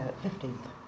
fifteenth